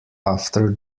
after